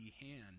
hand